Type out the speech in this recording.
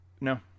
No